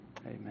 amen